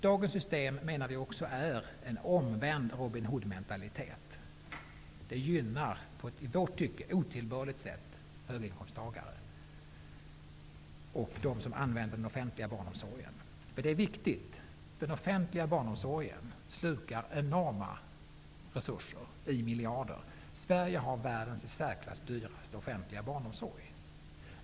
Vi menar också att dagens system visar på en omvänd Robin Hood-mentalitet. Det gynnar på ett i vårt tycke otillbörligt sätt höginkomsttagare och dem som använder den offentliga barnomsorgen. Den offentliga barnomsorgen slukar enorma resurser i miljarder. Sverige har världens i särklass dyraste offentliga barnomsorg.